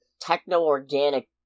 techno-organic